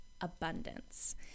abundance